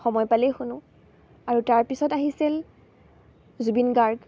সময় পালেই শুনো আৰু তাৰপিছত আহিছিল জুবিন গাৰ্গ